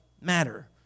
matter